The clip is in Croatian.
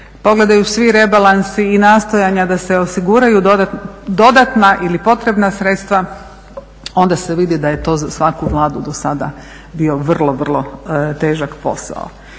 pogledaju svi rebalansi i nastojanja da se osigura dodatna ili potrebna sredstva onda se vidi da je to za svaku Vladu do sada bio vrlo, vrlo težak posao.